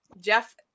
Jeff